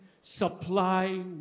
Supply